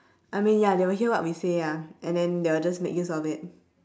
I mean ya they will hear what we say ah and then they will just make use of it